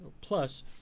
plus